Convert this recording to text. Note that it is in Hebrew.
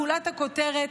גולת הכותרת,